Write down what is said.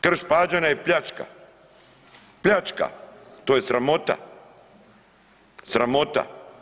Krš-Pađene je pljačka, pljačka, to je sramota, sramota.